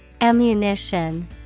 Ammunition